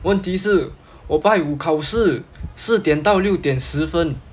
问题是我拜五考试四点到六点十分